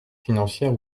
financière